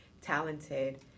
talented